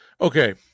Okay